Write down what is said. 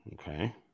Okay